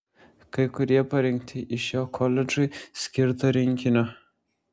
kai kurie parinkti iš jo koledžui skirto rinkinio